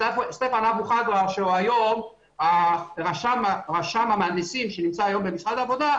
סטפן אבו חדואר שהוא היום רשם המהנדסים שנמצא במשרד העבודה,